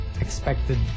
expected